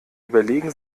überlegen